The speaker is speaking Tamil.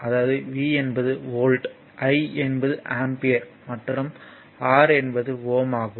அதாவது V என்பது வோல்ட் I என்பது ஆம்பியர் மற்றும் R என்பது Ω ஆகும்